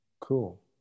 Cool